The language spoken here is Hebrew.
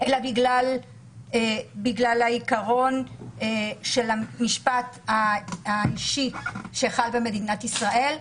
אלא בגלל העיקרון של המשפט האישי שחל במדינת ישראל,